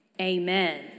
Amen